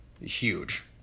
huge